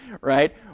right